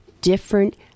different